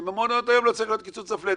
שבמעונות היום לא צריך להיות קיצוץ הפלאט.